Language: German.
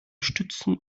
stützen